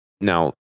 Now